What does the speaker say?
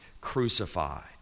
crucified